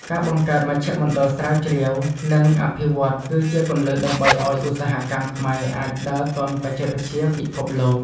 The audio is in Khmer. ការបង្កើតមជ្ឈមណ្ឌលស្រាវជ្រាវ និងអភិវឌ្ឍន៍គឺជាគន្លឹះដើម្បីឱ្យឧស្សាហកម្មខ្មែរអាចដើរទាន់បច្ចេកវិទ្យាពិភពលោក។